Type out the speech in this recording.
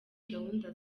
gahunda